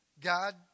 God